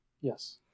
yes